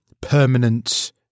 permanent